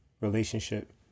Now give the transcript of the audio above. relationship